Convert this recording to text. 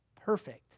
perfect